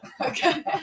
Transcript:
Okay